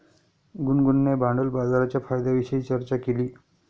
गुनगुनने भांडवल बाजाराच्या फायद्यांविषयी चर्चा केली